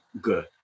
good